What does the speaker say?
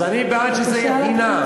אז אני בעד שזה יהיה חינם.